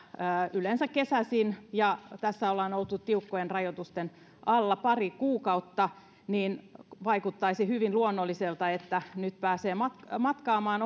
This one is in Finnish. yleensä kesäisin ja tässä ollaan oltu tiukkojen rajoitusten alla pari kuukautta joten vaikuttaisi hyvin luonnolliselta että nyt pääsee matkaamaan matkaamaan